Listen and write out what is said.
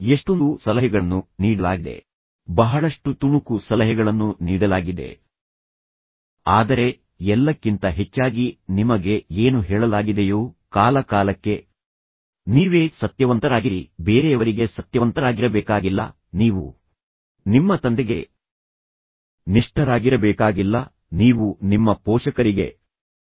ಎಷ್ಟೊಂದು ಸಲಹೆಗಳನ್ನು ನೀಡಲಾಗಿದೆ ಬಹಳಷ್ಟು ತುಣುಕು ಸಲಹೆಗಳನ್ನು ನೀಡಲಾಗಿದೆ ಆದರೆ ಎಲ್ಲಕ್ಕಿಂತ ಹೆಚ್ಚಾಗಿ ನಿಮಗೆ ಏನು ಹೇಳಲಾಗಿದೆಯೋ ಕಾಲಕಾಲಕ್ಕೆ ನೀವೇ ಸತ್ಯವಂತರಾಗಿರಿ ನಿಮ್ಮ ಬಗ್ಗೆ ನೀವೇ ಸತ್ಯವಂತರಾಗಿರಿ ನೀವು ಬೇರೆಯವರಿಗೆ ಸತ್ಯವಂತರಾಗಿರಬೇಕಾಗಿಲ್ಲ ನೀವು ನಿಮ್ಮ ತಂದೆಗೆ ನಿಷ್ಠರಾಗಿರಬೇಕಾಗಿಲ್ಲ ನೀವು ನಿಮ್ಮ ಪೋಷಕರಿಗೆ ನಿಷ್ಠರಾಗಿರಬೇಕಾಗಿಲ್ಲ ನೀವು ನಿಮ್ಮ ಮೇಲಧಿಕಾರಿಗೆ ನಿಷ್ಠರಾಗಿರಬೇಕಾಗಿಲ್ಲ